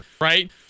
right